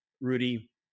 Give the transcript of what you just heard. Rudy